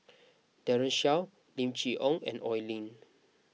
Daren Shiau Lim Chee Onn and Oi Lin